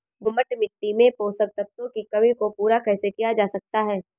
दोमट मिट्टी में पोषक तत्वों की कमी को पूरा कैसे किया जा सकता है?